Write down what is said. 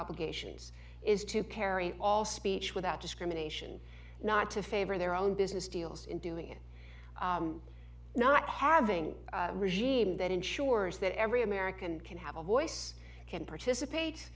obligations is to carry all speech without discrimination not to favor their own business deals in doing it not harding regime that ensures that every american can have a voice can participate